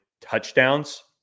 touchdowns